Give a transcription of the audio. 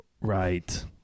Right